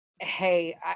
hey